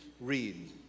read